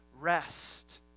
rest